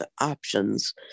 options